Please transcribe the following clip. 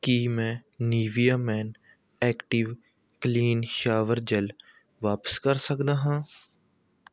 ਕੀ ਮੈਂ Nivea men active clean shower gel ਵਾਪਸ ਕਰ ਸਕਦਾ ਹਾਂ